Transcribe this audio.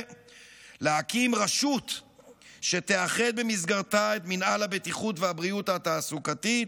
להקים רשות שתאחד במסגרתה את מינהל הבטיחות והבריאות התעסוקתית,